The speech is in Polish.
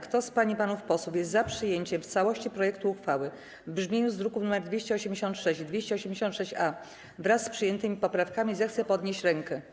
Kto z pań i panów posłów jest za przyjęciem w całości projektu uchwały w brzmieniu z druków nr 286 i 286-A, wraz z przyjętymi poprawkami, zechce podnieść rękę.